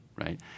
right